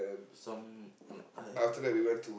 some I